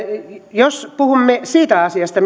jos puhumme siitä asiasta